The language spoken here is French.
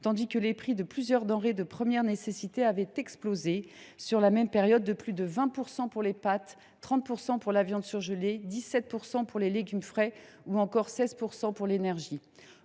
tandis que le prix de plusieurs denrées de première nécessité avait explosé au cours de la même période : plus de 20 % pour les pâtes, 30 % pour la viande surgelée, 17 % pour les légumes frais ou encore 16 % pour l’énergie.